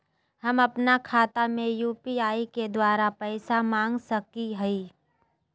हम अपन खाता में यू.पी.आई के द्वारा पैसा मांग सकई हई?